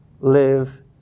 live